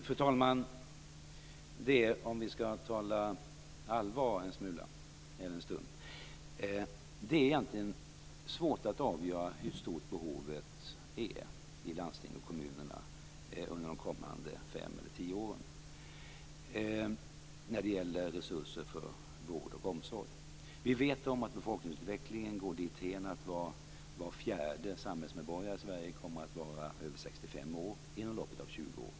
Fru talman! Det är allvarligt talat svårt att avgöra hur stort behovet i landsting och kommuner kommer att vara under de kommande fem eller tio åren när det det gäller resurser för vård och omsorg. Vi vet att befolkningsutvecklingen går dithän att var fjärde samhällsmedborgare i Sverige kommer att vara över 65 år inom loppet av 20 år.